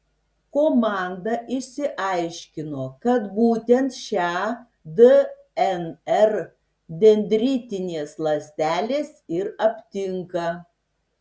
komanda išsiaiškino kad būtent šią dnr dendritinės ląstelės ir aptinka